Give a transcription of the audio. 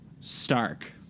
stark